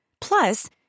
Plus